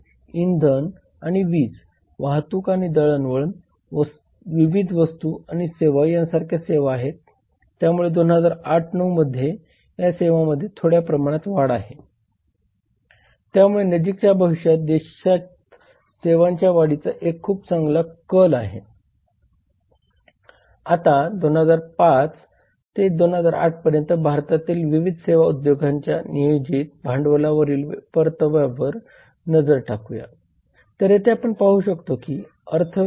मग आपण विशेष हितसंबंधी गटाकडे येऊया जगभरातील आणि विशेषतः भारतातील व्यवसायावर परिणाम करणारी एक महत्वाची शक्ती म्हणजे उपभोक्तावादी चळवळ